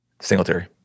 Singletary